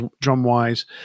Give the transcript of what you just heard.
drum-wise